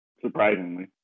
surprisingly